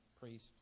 priest